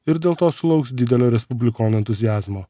ir dėl to sulauks didelio respublikonų entuziazmo